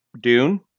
Dune